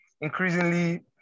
increasingly